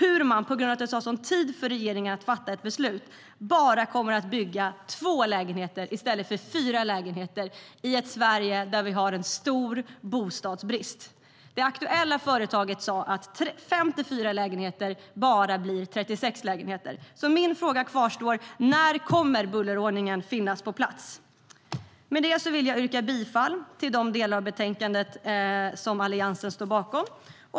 På grund av att det tar sådan tid för regeringen att fatta ett beslut kommer bara två lägenheter att byggas i stället för fyra lägenheter i ett Sverige med en stor bostadsbrist. Det aktuella företaget sa att 54 lägenheter bara blir 36 lägenheter. Min fråga kvarstår. När kommer bullerförordningen att finnas på plats? Med det vill jag yrka bifall till de förslag i betänkandet som Alliansen står bakom.